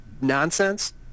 nonsense